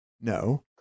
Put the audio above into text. No